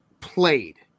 played